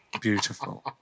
beautiful